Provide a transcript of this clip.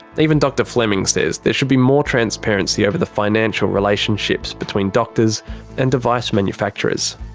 even dr fleming says there should be more transparency over the financial relationships between doctors and device manufacturers.